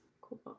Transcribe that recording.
Cool